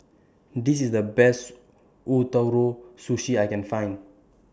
This IS The Best Ootoro Sushi I Can Find